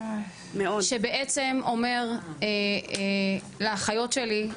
שבעצם אומר לאחיות שלי,